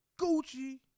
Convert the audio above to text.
gucci